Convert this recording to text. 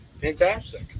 Fantastic